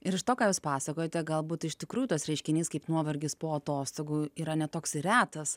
ir iš to ką jūs pasakojate galbūt iš tikrųjų tas reiškinys kaip nuovargis po atostogų yra ne toks ir retas